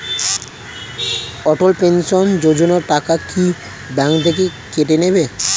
অটল pension Yojana টাকা কি bank থেকে কেটে নেবে?